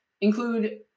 include